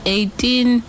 Eighteen